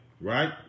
right